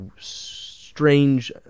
strange